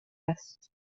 است